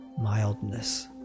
mildness